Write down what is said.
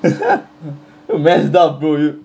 messed up bro you